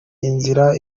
inzira